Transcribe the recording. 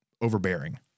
overbearing